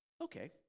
okay